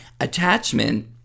attachment